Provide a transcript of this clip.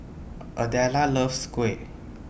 Adela loves Kuih